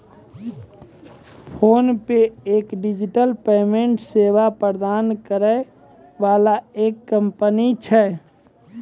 PhonePe एक digital payment सेवा प्रदान करै वाला एक कंपनी छै